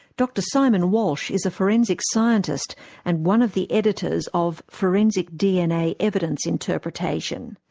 dr simon walsh is a forensic scientist and one of the editors of forensic dna evidence interpretation.